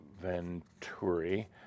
venturi –